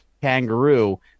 kangaroo